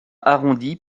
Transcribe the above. arrondie